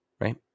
Right